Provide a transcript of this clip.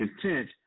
content